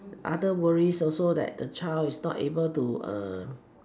other worries also that the child is not able to